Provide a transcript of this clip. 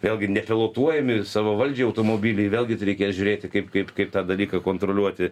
vėlgi nepilotuojami savavaldžiai automobiliai vėlgi tai reikės žiūrėti kaip kaip kaip tą dalyką kontroliuoti